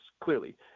clearly